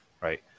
right